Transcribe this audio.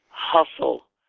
hustle